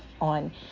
on